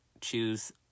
choose